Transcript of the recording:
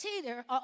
Teeter